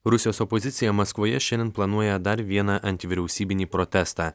rusijos opozicija maskvoje šiandien planuoja dar vieną antivyriausybinį protestą